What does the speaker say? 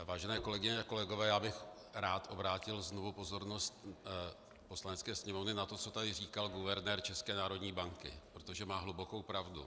Vážené kolegyně a kolegové, já bych rád obrátil znovu pozornost Poslanecké sněmovny na to, co tady říkal guvernér České národní banky, protože má hlubokou pravdu.